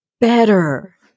better